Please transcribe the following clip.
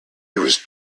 was